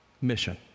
mission